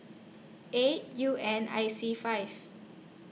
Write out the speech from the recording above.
eight U N I C five